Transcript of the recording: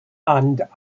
and